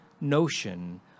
notion